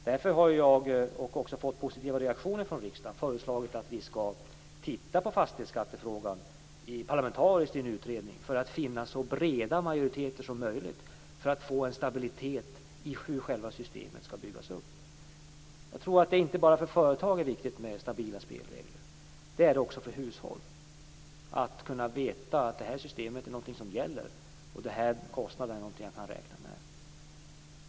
Därför har jag fått positiva reaktioner från riksdagen när jag har föreslagit att en parlamentarisk utredning skall titta på fastighetsskattefrågan för att vi skall få en så bred majoritet som möjligt och för att få en stabilitet i uppbyggnaden av systemet. Det är inte bara viktigt för företagen med stabila spelregler. Det är viktigt också för hushåll att kunna veta vilket system som gäller och vilka kostnader som man kan räkna med.